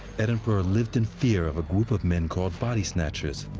edinburgh lived in fear of a group of men called body snatchers.